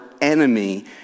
enemy